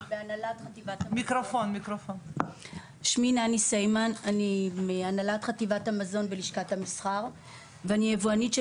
מהנהלת חטיבת המזון בלשכת המסחר ואני יבואנית של